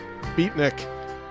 beatnik